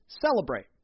celebrate